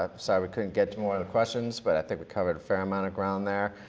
ah sorry we couldn't get to more of the questions, but i think we covered a fair amount of ground there.